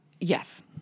yes